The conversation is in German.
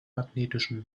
magnetischen